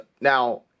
now